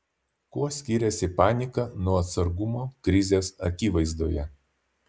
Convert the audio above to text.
kuo skiriasi panika nuo atsargumo krizės akivaizdoje